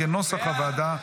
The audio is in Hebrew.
כנוסח הוועדה,